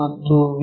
P ಮತ್ತು V